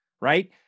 right